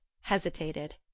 hesitated